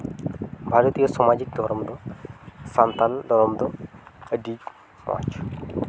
ᱵᱷᱟᱨᱚᱛᱤᱭᱚ ᱥᱟᱢᱟᱡᱤᱠ ᱫᱷᱚᱨᱚᱢ ᱫᱚ ᱥᱟᱱᱛᱟᱲ ᱫᱷᱚᱨᱚᱢ ᱫᱚ ᱟᱹᱰᱤ ᱢᱚᱡᱽ